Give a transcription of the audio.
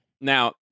Now